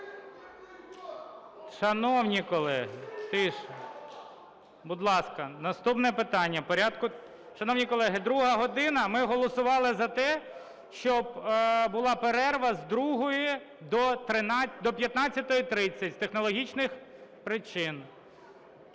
Шановні колеги, тиша! Будь ласка, наступне питання. Шановні колеги, друга година. Ми голосували за те, щоб була перерва з другої до 15:30 з технологічних причин.